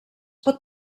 pot